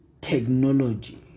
technology